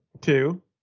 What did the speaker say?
two